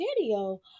video